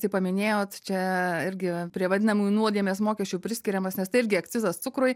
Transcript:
taip paminėjot čia irgi prie vadinamųjų nuodėmės mokesčių priskiriamas nes tai irgi akcizas cukrui